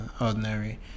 ordinary